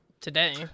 today